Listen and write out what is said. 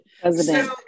President